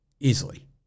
easily